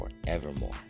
forevermore